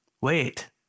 Wait